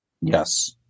Yes